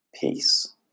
peace